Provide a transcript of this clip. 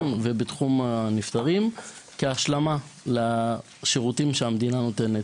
ובתחום הנפטרים כהשלמה לשירותים שהמדינה נותנת.